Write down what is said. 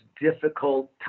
difficult